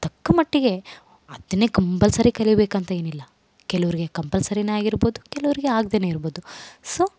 ತಕ್ಕ ಮಟ್ಟಿಗೆ ಅದನ್ನೇ ಕಂಪಲ್ಸರಿ ಕಲೀಬೇಕಂತ ಏನಿಲ್ಲ ಕೆಲವ್ರಿಗೆ ಕಂಪಲ್ಸರಿನೇ ಆಗಿರ್ಬೌದು ಕೆಲವರಿಗೆ ಆಗದೇನೆ ಇರ್ಬೌದು ಸೋ